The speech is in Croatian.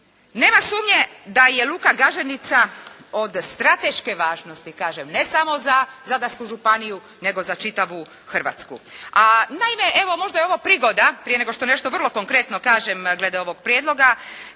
Nema sumnje da je luka Gaženica od strateške važnosti, ne samo za Zadarsku županiju nego za čitavu Hrvatsku. A naime, možda je ovo prigoda prije nego što nešto vrlo konkretno kažem da bi Hrvatska